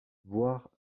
voir